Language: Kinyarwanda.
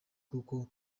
kuko